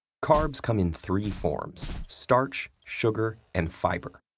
carbs come in three forms starch, sugar, and fiber.